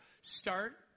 Start